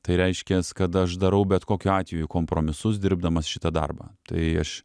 tai reiškias kad aš darau bet kokiu atveju kompromisus dirbdamas šitą darbą tai aš